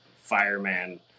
fireman